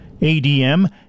ADM